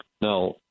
Now